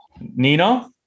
Nino